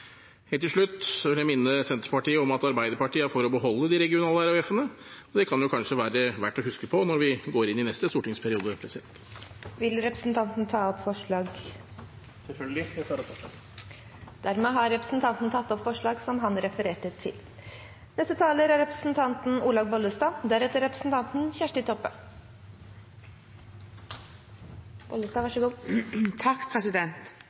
Helt til slutt vil jeg minne Senterpartiet om at Arbeiderpartiet er for å beholde de regionale RHF-ene. Det kan kanskje være verdt å huske på når vi går inn i neste stortingsperiode. Jeg tar opp forslaget Fremskrittspartiet har sammen med Senterpartiet, Kristelig Folkeparti og Venstre. Representanten Morten Wold har tatt opp det forslaget han refererte til. Aller først vil jeg takke forslagsstillerne for forslaget. Kristelig Folkeparti er